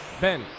Ben